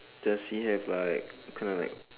does he have like kinda like